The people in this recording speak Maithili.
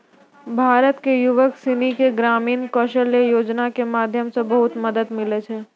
भारत के युवक सनी के ग्रामीण कौशल्या योजना के माध्यम से बहुत मदद मिलै छै